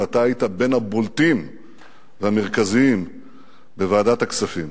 ואתה היית בין הבולטים והמרכזיים בוועדת הכספים.